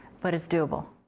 but it's doable.